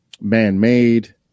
man-made